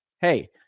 Hey